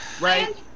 right